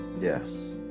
yes